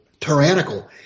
tyrannical